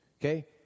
Okay